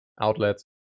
outlets